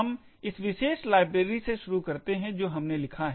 हम इस विशेष लाइब्रेरी से शुरू करते हैं जो हमने लिखा है